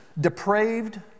depraved